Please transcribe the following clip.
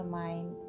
mind